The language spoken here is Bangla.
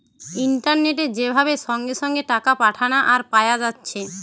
ইন্টারনেটে যে ভাবে সঙ্গে সঙ্গে টাকা পাঠানা আর পায়া যাচ্ছে